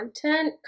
content